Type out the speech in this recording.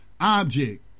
object